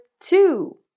two